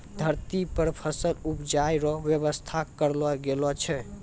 धरती पर फसल उपजाय रो व्यवस्था करलो गेलो छै